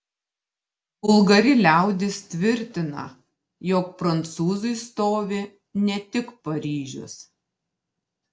vulgari liaudis tvirtina jog prancūzui stovi ne tik paryžius